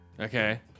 Okay